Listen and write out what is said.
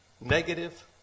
negative